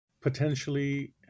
potentially